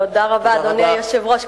תודה רבה, אדוני היושב-ראש.